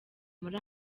muri